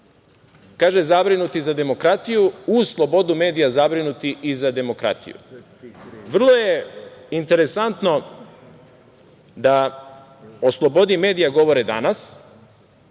kaže, zabrinuti za demokratiju, uz slobodu medija zabrinuti i za demokratiju. Vrlo je interesantno da o slobodi medija govore danas,